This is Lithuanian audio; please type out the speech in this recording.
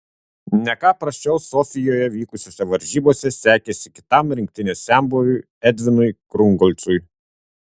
ne ką prasčiau sofijoje vykusiose varžybose sekėsi kitam rinktinės senbuviui edvinui krungolcui